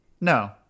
No